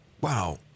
wow